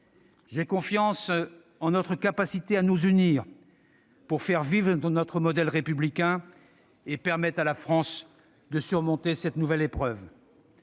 J'ai confiance dans notre capacité à nous unir pour faire vivre notre modèle républicain et permettre à la France de surmonter cette nouvelle épreuve.